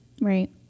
right